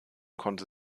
konnte